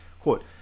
quote